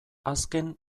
azken